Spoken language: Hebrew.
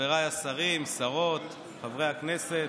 חבריי השרים, שרות, חברי הכנסת,